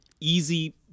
easy